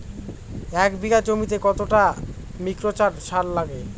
এক বিঘা জমিতে কতটা মিক্সচার সার লাগে?